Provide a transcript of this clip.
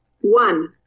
One